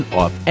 off